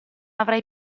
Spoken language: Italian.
avrai